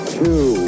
two